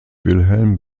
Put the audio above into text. wilhelm